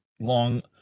long